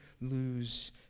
lose